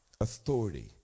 authority